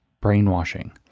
brainwashing